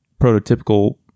prototypical